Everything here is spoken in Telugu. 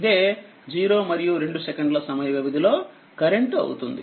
ఇదే 0మరియు2 సెకండ్ల సమయ వ్యవధి లో కరెంట్ అవుతుంది